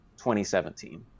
2017